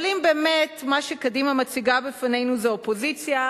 אבל אם באמת מה שקדימה מציגה בפנינו זה אופוזיציה,